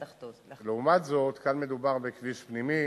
לעומת זאת, כאן מדובר בכביש פנימי